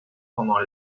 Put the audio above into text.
pendant